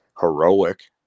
heroic